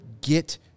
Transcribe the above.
get